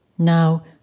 Now